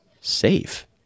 safe